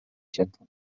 gentle